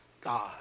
God